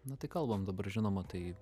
na tai kalbam dabar žinoma tai